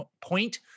point